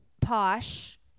Posh